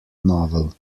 novel